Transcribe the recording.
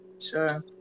Sure